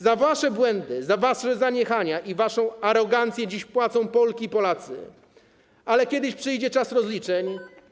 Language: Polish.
Za wasze błędy, za wasze zaniechania i waszą arogancję dziś płacą Polki i Polacy, ale kiedyś przyjdzie czas rozliczeń.